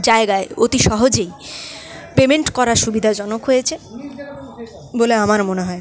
জায়গায় অতি সহজেই পেমেন্ট করা সুবিধাজনক হয়েছে বলে আমার মনে হয়